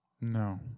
No